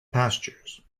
pastures